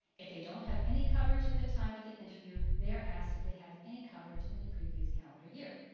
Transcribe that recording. if they don't have any coverage at the time of the interview, they are asked if they had any coverage in the previous calendar year.